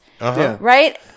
Right